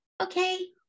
Okay